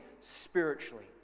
spiritually